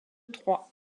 troyes